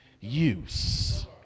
use